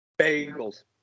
bagels